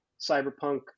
Cyberpunk